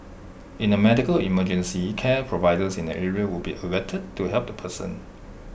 in A medical emergency care providers in the area would be alerted to help the person